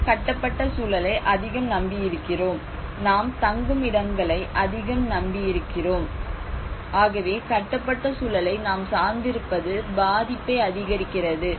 நாம் கட்டப்பட்ட சூழலை அதிகம் நம்பியிருக்கிறோம் நாம் தங்குமிடங்களை அதிகம் நம்பியிருக்கிறோம் ஆகவே கட்டப்பட்ட சூழலை நாம் சார்ந்திருப்பது பாதிப்பை அதிகரிக்கிறது